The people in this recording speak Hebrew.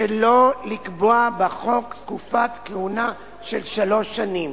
שלא לקבוע בחוק תקופת כהונה של שלוש שנים.